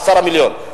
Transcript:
עשרה מיליון.